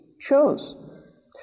chose